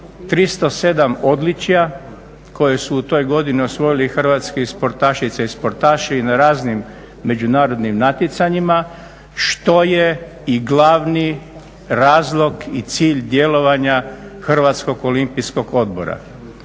odličja koje su u toj godini osvojili hrvatski sportašice i sportaši i na raznim međunarodnim natjecanjima što je i glavni razlog i cilj djelovanja Hrvatskog olimpijskog odbora.